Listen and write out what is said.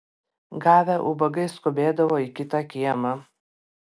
gavę ubagai skubėdavo į kitą kiemą